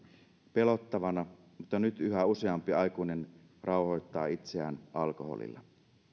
pelottavana mutta nyt yhä useampi aikuinen rauhoittaa itseään alkoholilla